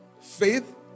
Faith